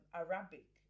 arabic